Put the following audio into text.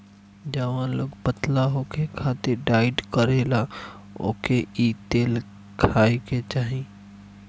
जवन लोग पतला होखे खातिर डाईट करेला ओके इ तेल खाए के चाही